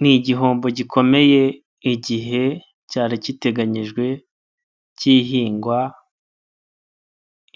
Ni igihombo gikomeye, igihe cyari giteganyijwe kihingwa,